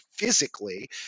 physically